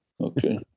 okay